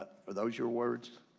are those your words?